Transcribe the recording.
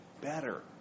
better